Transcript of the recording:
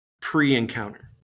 pre-encounter